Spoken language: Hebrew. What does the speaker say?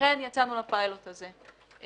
לכן יצאנו לפיילוט הזה.